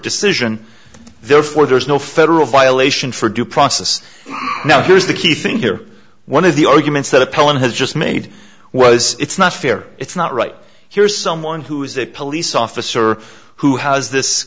decision therefore there is no federal violation for due process now here's the key thing here one of the arguments that appellant has just made was it's not fair it's not right here's someone who is a police officer who has this